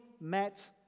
met